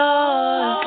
Lord